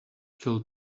kill